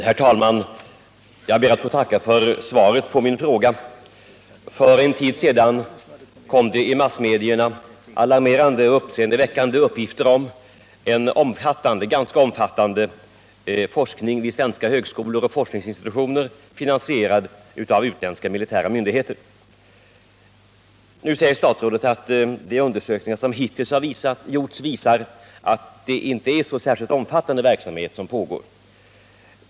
Herr talman! Jag ber att få tacka utbildningsministern för svaret på min fråga. För en tid sedan kom det i massmedierna alarmerande uppgifter om en ganska omfattande forskning vid svenska högskolor och forskningsinstitutioner, finansierad av utländska militära myndigheter. Nu säger statsrådet att de undersökningar som hittills gjorts visar att det inte är någon särskilt omfattande verksamhet som pågår.